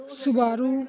ਸਵਾਰੂ